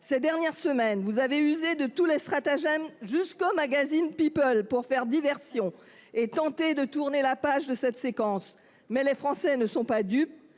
Ces dernières semaines, vous avez usé de tous les stratagèmes, jusqu'aux magazines, pour faire diversion et tenter de tourner la page de cette séquence. Mais les Français ne sont pas dupes